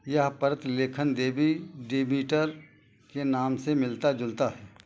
यह प्रतिलेखन देवी डेमीटर के नाम से मिलता जुलता है